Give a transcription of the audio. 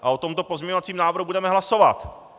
A o tomto pozměňovacím návrhu budeme hlasovat.